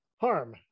harm